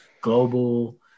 global